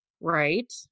right